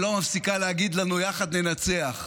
שלא מפסיקה להגיד לנו "יחד ננצח".